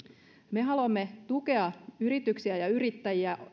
me haluamme tukea yrityksiä ja yrittäjiä